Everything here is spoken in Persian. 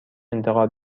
انتقال